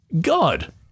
God